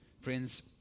Friends